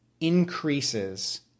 increases